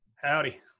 Howdy